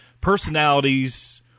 personalities